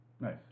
Nice